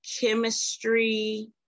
chemistry